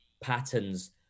patterns